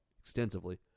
extensively